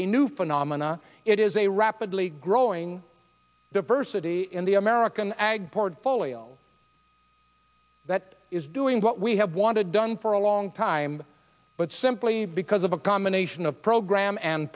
a new phenomena it is a rapidly growing diversity in the american ag portfolio that is doing what we have wanted done for a long time but simply because of a combination of program and